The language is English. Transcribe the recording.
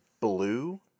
blue